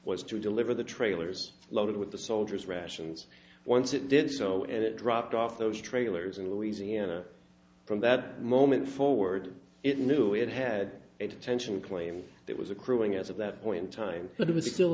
was to deliver the trailers loaded with the soldiers rations once it did so and it dropped off those trailers in louisiana from that moment forward it knew it had a potential claim that was accruing as of that point in time but it was still